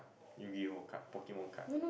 Yu Gi Oh card Pokemon card